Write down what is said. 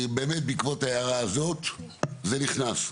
בעקבות ההערה הזו זה נכנס.